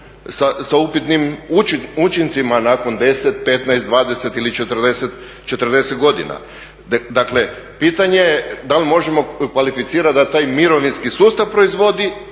sa upitnim učincima nakon 10, 15, 20 ili 40 godina. Dakle pitanje je da li možemo kvalificirati da taj mirovinski sustav proizvodi